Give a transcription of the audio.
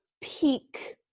peak